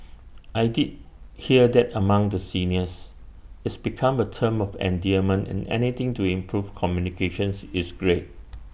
I did hear that among the seniors it's become A term of endearment and anything to improve communications is great